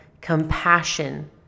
Compassion